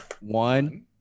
one